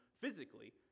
physically